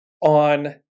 on